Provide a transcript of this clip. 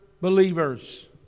believers